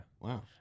Wow